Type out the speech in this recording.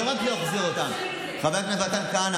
ומה פתאום נזכרתי בסיפור העצוב הזה?